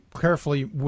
carefully